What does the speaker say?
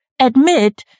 admit